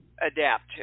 adapt